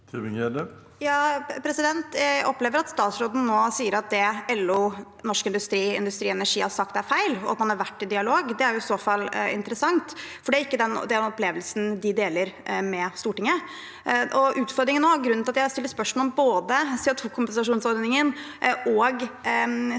Jeg opp- lever at statsråden nå sier at det LO, Norsk Industri og Industri Energi har sagt, er feil, og at man har vært i dialog. Det er i så fall interessant, for det er ikke den opplevelsen de deler med Stortinget. Utfordringen nå, og grunnen til at jeg stiller spørsmål om både CO2-kompensasjonsordningen og CBAM, er nettopp